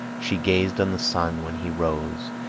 she gazed on the sun when he rose,